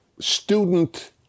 student